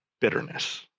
bitterness